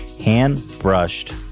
Hand-brushed